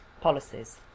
policies